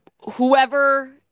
whoever